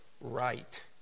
right